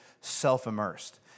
self-immersed